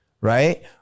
right